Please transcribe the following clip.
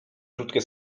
krótkie